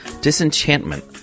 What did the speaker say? Disenchantment